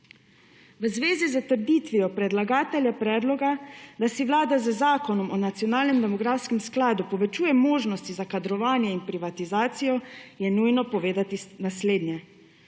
V zvezi z trditvijo predlagatelja predloga, da si Vlada z Zakonom o nacionalnem demografskem skladu povečuje možnosti za kadrovanje in privatizacijo, je nujno povedati naslednje.